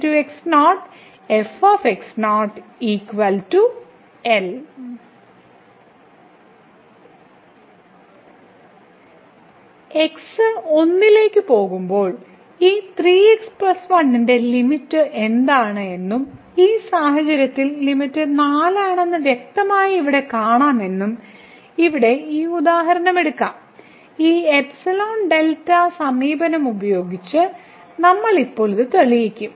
x 1 ലേക്ക് പോകുമ്പോൾ ഈ 3x 1 ന്റെ ലിമിറ്റ് എന്താണ് എന്നും ഈ സാഹചര്യത്തിൽ ലിമിറ്റ് 4 ആണെന്ന് വ്യക്തമായി ഇവിടെ കാണാമെന്നും ഇവിടെ ഈ ഉദാഹരണം എടുക്കാം ഈ ϵδ സമീപനം ഉപയോഗിച്ച് നമ്മൾ ഇപ്പോൾ ഇത് തെളിയിക്കും